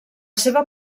seva